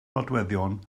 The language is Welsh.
nodweddion